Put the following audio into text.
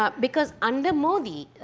ah because under modi,